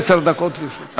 עשר דקות לרשותך.